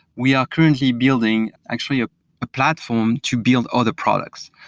we are currently building actually ah a platform to build other products.